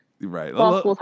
Right